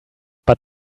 but